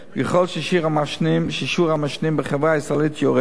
וככל ששיעור המעשנים בחברה הישראלית יורד,